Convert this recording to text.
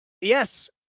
Yes